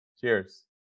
Cheers